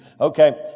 Okay